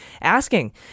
asking